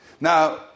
Now